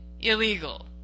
illegal